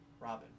Robin